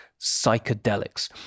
psychedelics